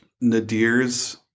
Nadir's